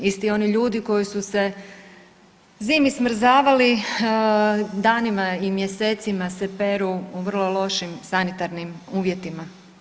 Isti oni ljudi koji su se zimi smrzavali danima i mjesecima se peru u vrlo lošim sanitarnim uvjetima.